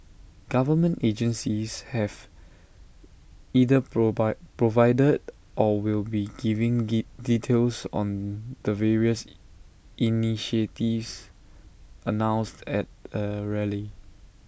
government agencies have either provided or will be giving details on the various initiatives announced at A rally